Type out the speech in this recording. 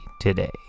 today